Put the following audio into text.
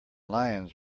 lions